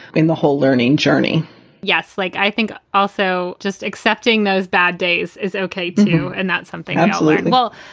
i mean, the whole learning journey yes. like i think also just accepting those bad days is ok, too. and that's something i absolutely. well,